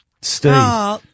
Steve